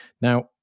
Now